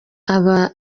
aba